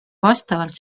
vastavalt